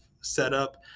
setup